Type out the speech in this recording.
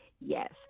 yes